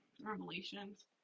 revelations